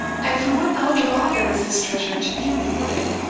and from what eldorado is this treasure to be imported?